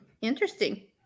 Interesting